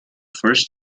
first